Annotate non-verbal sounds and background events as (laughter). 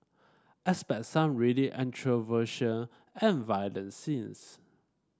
expect some really (unintelligible) and violent scenes